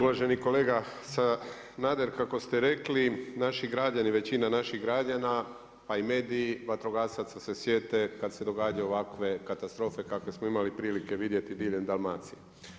Uvaženi kolega Sanader, kako ste rekli naši građani, većina naših građana pa i mediji vatrogasaca se sjete kada se događaju ovakve katastrofe koje smo imali prilike vidjeti diljem Dalmacije.